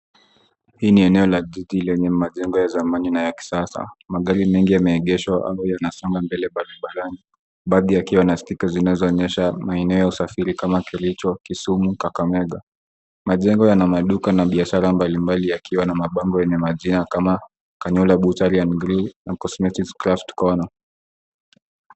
Hii ni eneo la jiji lenye majengo ya zamani na ya kisasa, magari mengi yameegeshwa au yanasonga mbele barabarani. Baadhi yakiwa na stika zinazoonyesha maeneo ya usafiri kama Kericho, Kisumu, Kakamega. Majengo yana maduka na biashara mbali mbali yakiwa na mabango yenye majina kama Kanyole Butchery and Grill, Uncle Smith craft.